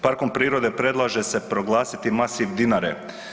Parkom prirode predlaže se proglasiti masiv Dinare.